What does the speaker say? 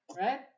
right